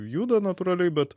juda natūraliai bet